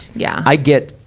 yeah. i get,